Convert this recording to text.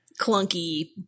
clunky